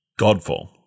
Godfall